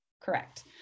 correct